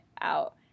out